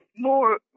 more